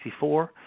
1964